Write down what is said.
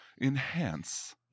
Enhance